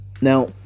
Now